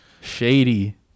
Shady